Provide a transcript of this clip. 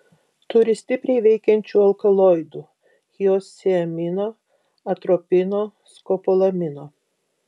turi stipriai veikiančių alkaloidų hiosciamino atropino skopolamino